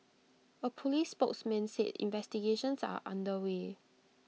A Police spokesman said investigations are under way